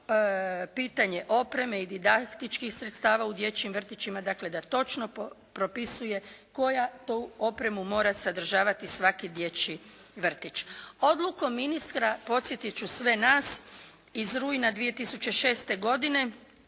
pitanje opreme i didaktičkih sredstava u dječjim vrtićima, dakle da točno propisuje koju to opremu mora sadržavati svaki dječji vrtić. Odlukom ministra podsjetiti ću sve nas, iz rujna 2006. godine